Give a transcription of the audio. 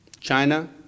China